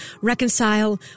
reconcile